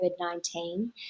COVID-19